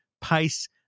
pace